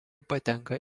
patenka